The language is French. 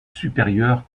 supérieures